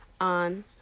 on